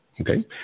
Okay